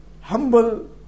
humble